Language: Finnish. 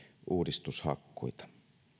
uudistushakkuita